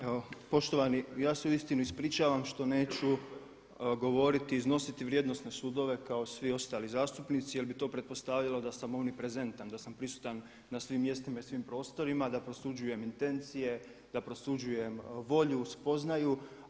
Evo poštovani ja se uistinu ispričavam što neću govoriti i iznositi vrijednosne sudove kao svi ostali zastupnici jer bi to pretpostavljalo da sam uniprezentan da sam prisutan na svim mjestima i svim prostorima, da prosuđujem intencije, da prosuđujem volju, spoznaju.